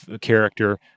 character